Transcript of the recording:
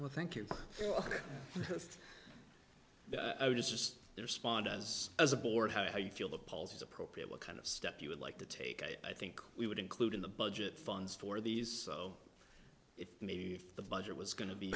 well thank you but i was just there spawn does as a board how you feel the pulse is appropriate what kind of step you would like to take i think we would include in the budget funds for these so it may be the budget was going to be